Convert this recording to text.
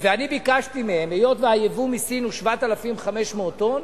וביקשתי מהם, היות שהיבוא מסין הוא 7,500 טונות,